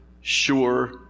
sure